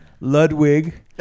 Ludwig